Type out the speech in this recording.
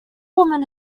woman